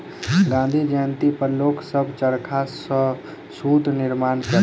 गाँधी जयंती पर लोक सभ चरखा सॅ सूत निर्माण केलक